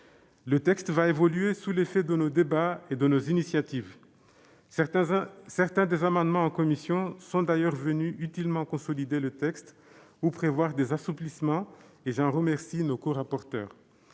Le texte va évoluer sous l'effet de nos débats et de nos initiatives. Certains des amendements en commission sont d'ailleurs venus utilement consolider le texte ou prévoir des assouplissements, et j'en remercie nos corapporteures.